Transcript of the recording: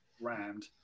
rammed